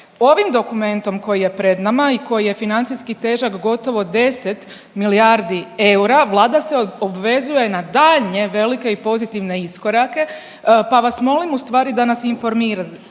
Ovim dokumentom koji je pred nama i koji je financijski težak gotovo 10 milijardi eura Vlada se obvezuje na daljnje velike i pozitivne iskorake pa vas molim ustvari da nas informirate,